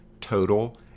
total